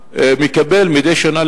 מקבל מדי שנה,